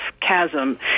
chasm